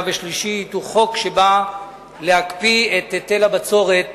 ושלישית הוא חוק שבא להקפיא את היטל הבצורת